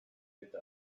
bitte